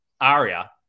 Aria